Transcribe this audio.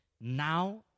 Now